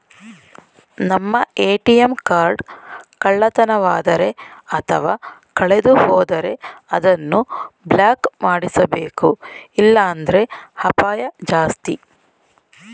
ನಮ್ಮ ATM card ಕಳ್ಳತನವಾದರೆ ಅಥವಾ ಕಳೆದುಹೋದರೆ ಅದನ್ನು ಬ್ಲಾಕ್ ಮಾಡಿಸಬೇಕು ಇಲ್ಲಾಂದ್ರೆ ಅಪಾಯ ಜಾಸ್ತಿ